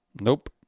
Nope